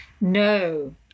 No